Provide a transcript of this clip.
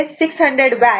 2 600 watt